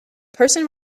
person